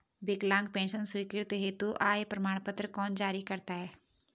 विकलांग पेंशन स्वीकृति हेतु आय प्रमाण पत्र कौन जारी करता है?